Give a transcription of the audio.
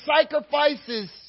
sacrifices